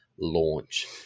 launch